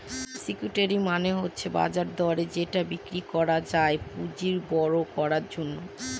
security মানে হচ্ছে বাজার দরে যেটা বিক্রি করা যায় পুঁজি বড়ো করার জন্য